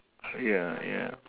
ya ya